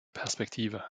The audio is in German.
perspektive